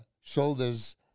shoulders